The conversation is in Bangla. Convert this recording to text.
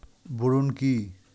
বোরন কি?